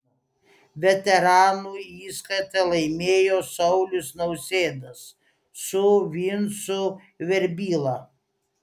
veteranų įskaitą laimėjo saulius nausėdas su vincu verbyla